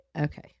Okay